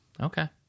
okay